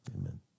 Amen